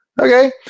Okay